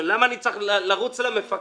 ואשראי, ונניח שיש לה חמישה מפקידים.